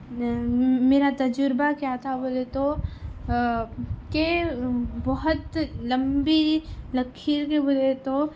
میرا تجربہ کیا تھا بولے تو کہ بہت لمبی لکیر کے بولے تو